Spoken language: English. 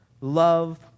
love